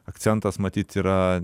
akcentas matyt yra